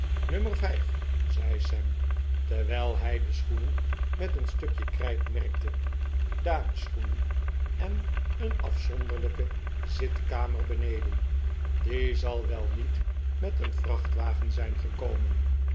nummer vijf zei sam terwijl hij de schoenen met een stukje krijt merkte damesschoenen en een afzonderlijke zitkamer beneden die zal wel niet met een vrachtwagen zijn gekomen